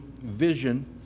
vision